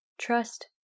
Trust